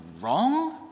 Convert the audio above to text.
wrong